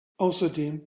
außerdem